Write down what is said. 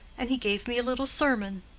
and he gave me a little sermon.